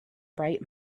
bright